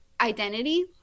identity